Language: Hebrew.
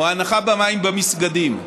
את ההנחה במים במסגדים.